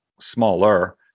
smaller